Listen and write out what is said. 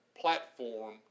Platform